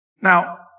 Now